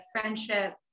friendship